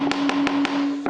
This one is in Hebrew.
היושב-ראש,